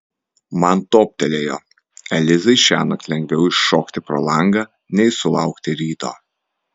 man toptelėjo elizai šiąnakt lengviau iššokti pro langą nei sulaukti ryto